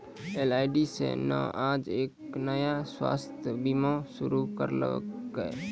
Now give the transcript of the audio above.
LIC न आज एक नया स्वास्थ्य बीमा शुरू करैलकै